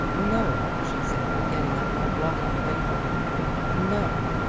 no! she said, getting up and walking away from him no!